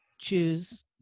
choose